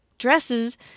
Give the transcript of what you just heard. dresses